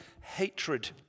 hatred